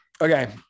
okay